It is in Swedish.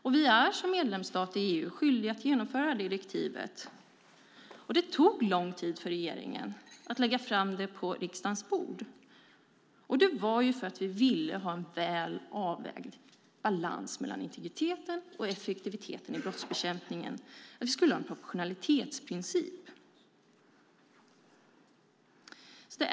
Sverige är som medlemsstat i EU skyldigt att införa direktivet. Det tog lång tid för regeringen att lägga fram förslaget på riksdagens bord. Det var för att vi ville ha en väl avvägd balans mellan integriteten och effektiviteten i brottsbekämpningen, en proportionalitetsprincip.